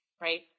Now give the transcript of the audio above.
right